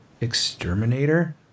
Exterminator